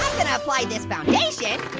gonna apply this foundation